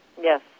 Yes